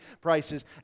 prices